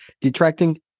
detracting